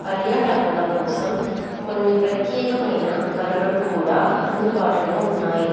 పర్యాటకుల కోసం కొన్ని ప్రత్యేకమైన వనరులు కూడా అందుబాటులో ఉన్నాయి